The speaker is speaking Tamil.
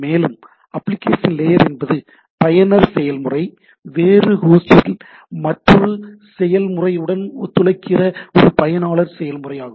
மேலும் அப்ளிகேஷன் லேயர் என்பது பயனர் செயல்முறை வேறு ஹோஸ்டில் மற்றொரு செயல்முறையுடன் ஒத்துழைக்கிற ஒரு பயனாளர் செயல்முறையாகும்